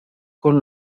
con